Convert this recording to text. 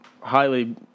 highly